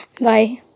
Bye